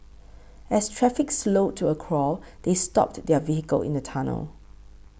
as traffic slowed to a crawl they stopped their vehicle in the tunnel